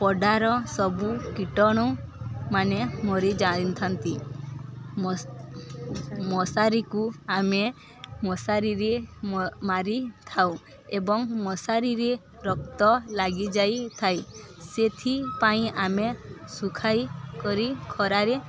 ପଡ଼ାର ସବୁ କୀଟାଣୁମାନେ ମରିଯାଇଥାନ୍ତି ମଶାରିକୁ ଆମେ ମଶାରିରେ ମାରିଥାଉ ଏବଂ ମଶାରିରେ ରକ୍ତ ଲାଗିଯାଇ ଥାଏ ସେଥିପାଇଁ ଆମେ ଶୁଖାଇ କରି ଖରାରେ